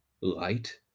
light